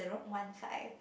once I